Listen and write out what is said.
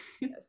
Yes